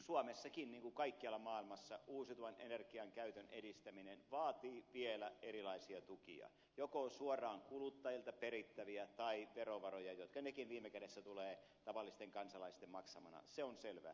suomessakin niin kuin kaikkialla maailmassa uusiutuvan energian käytön edistäminen vaatii vielä erilaisia tukia joko suoraan kuluttajilta perittäviä tai verovaroja jotka nekin viime kädessä tulevat tavallisten kansalaisten maksamana se on selvää